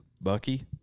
Bucky